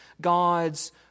God's